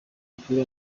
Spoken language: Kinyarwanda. w’umupira